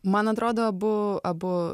man atrodo abu abu